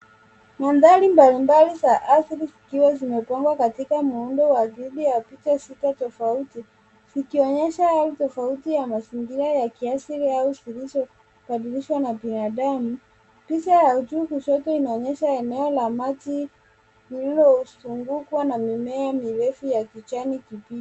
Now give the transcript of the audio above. Mandhari mbalimbali za asili zikiwa zimepangwa katika muundo wa dhidi ya vito sita tofauti zikionyesha hali tofauti ya mazingira ya kiasili au zilizobadilishwa na binadamu. Picha ya juu kushoto inaonyesha eneo la maji lililozungukwa na mimea mirefu ya kijani kibichi.